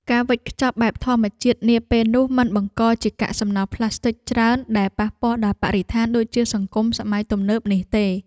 ការវេចខ្ចប់បែបធម្មជាតិនាពេលនោះមិនបង្កជាកាកសំណល់ប្លាស្ទិចច្រើនដែលប៉ះពាល់ដល់បរិស្ថានដូចជាសង្គមសម័យទំនើបនេះទេ។